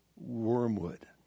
wormwood